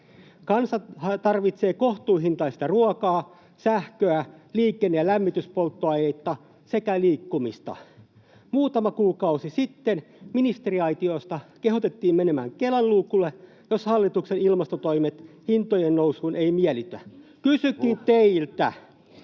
kansa tarvitsee kohtuuhintaista ruokaa, sähköä, liikenne- ja lämmityspolttoaineita sekä liikkumista. Muutama kuukausi sitten ministeriaitiosta kehotettiin menemään Kelan luukulle, jos hallituksen ilmastotoimet hintojen nousuun eivät miellytä. Kysynkin teiltä: